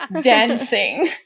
dancing